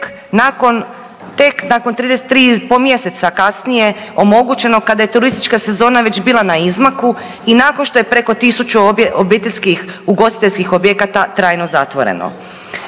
tek nakon 3 i po mjeseca kasnije omogućeno kada je turistička sezona već bila na izmaku i nakon što je preko 1000 obiteljskih ugostiteljskih objekata trajno zatvoreno.